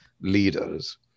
leaders